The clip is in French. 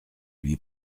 lui